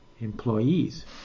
employees